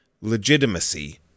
legitimacy